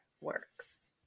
works